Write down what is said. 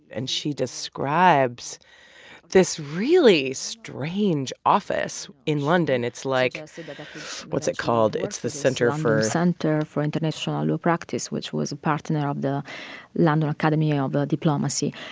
and she describes this really strange office in london. it's like what's it called? it's the centre for. centre for international ah law practice, which was a partner of the london academy ah of but diplomacy.